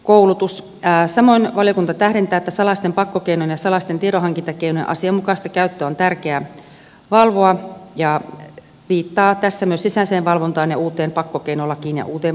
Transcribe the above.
samoin valiokunta tähdentää että salaisten pakkokeinojen ja salaisten tiedonhankintakeinojen asianmukaista käyttöä on tärkeää valvoa ja viittaa tässä myös sisäiseen valvontaan ja uuteen pakkokeinolakiin ja uuteen poliisilakiin